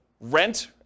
rent